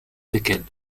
séquelles